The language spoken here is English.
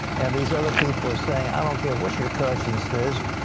and these other people are saying, i don't care what your conscience says,